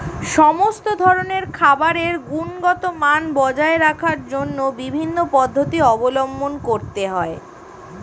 সমস্ত ধরনের খাবারের গুণগত মান বজায় রাখার জন্য বিভিন্ন পদ্ধতি অবলম্বন করতে হয়